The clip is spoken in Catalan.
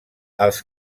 els